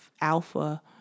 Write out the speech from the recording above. alpha